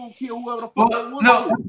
No